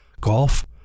Golf